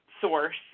source